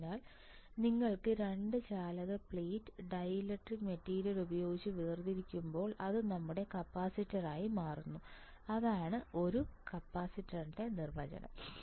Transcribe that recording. അതിനാൽ നിങ്ങൾക്ക് 2 ചാലക പ്ലേറ്റ് ഡൈലെക്ട്രിക് മെറ്റീരിയൽ ഉപയോഗിച്ച് വേർതിരിക്കുമ്പോൾ അത് നമ്മുടെ കപ്പാസിറ്ററായി മാറുന്നു അതാണ് ഒരു കപ്പാസിറ്ററിന്റെ നിർവചനം